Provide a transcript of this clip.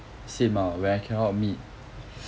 same ah when I cannot meet